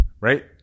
right